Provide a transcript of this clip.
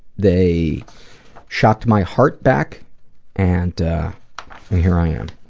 they shocked my heart back and here i am.